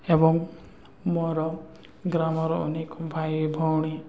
ଏବଂ ମୋର ଗ୍ରାମର ଅନେକ ଭାଇ ଭଉଣୀ